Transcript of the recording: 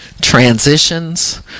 transitions